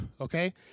Okay